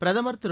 பிரதுர் திரு